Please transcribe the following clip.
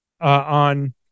on